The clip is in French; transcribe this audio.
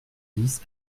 dix